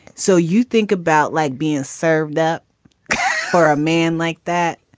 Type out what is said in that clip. so you think about like being served that for a man like that,